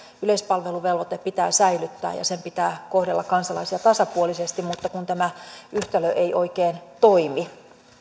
yleispalveluvelvoite pitää säilyttää ja sen pitää kohdella kansalaisia tasapuolisesti mutta kun tämä yhtälö ei oikein toimi